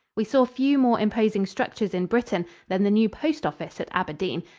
we saw few more imposing structures in britain than the new postoffice at aberdeen,